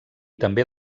també